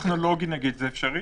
זה לא מספיק.